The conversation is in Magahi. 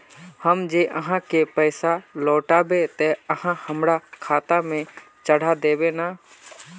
हम जे आहाँ के पैसा लौटैबे ते आहाँ हमरा खाता में चढ़ा देबे नय?